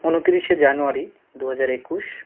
উনত্রিশে জানুয়ারি দু হাজার একুশ